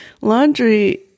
laundry